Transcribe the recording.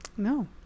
no